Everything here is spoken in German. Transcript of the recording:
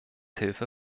hilfe